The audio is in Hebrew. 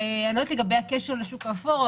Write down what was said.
אני לא יודעת לגבי הקשר לשוק האפור,